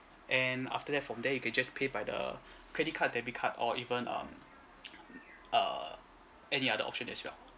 and after that from there you can just pay by the credit card debit card or even um err any other option as well